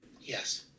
Yes